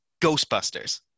Ghostbusters